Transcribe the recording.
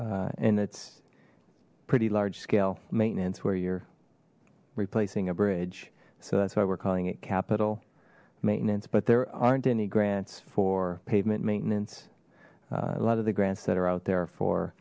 work and it's pretty large scale maintenance where you're replacing a bridge so that's why we're calling it capital maintenance but there aren't any grants for pavement maintenance a lot of the grants that are out there for